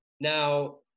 Now